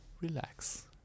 relax